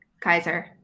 Kaiser